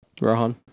Rohan